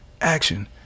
Action